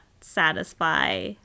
satisfy